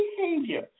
behavior